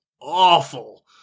awful